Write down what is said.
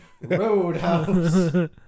Roadhouse